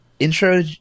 intro